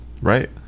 Right